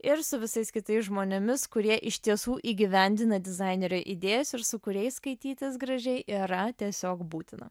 ir su visais kitais žmonėmis kurie iš tiesų įgyvendina dizainerio idėjas ir su kuriais skaitytis gražiai yra tiesiog būtina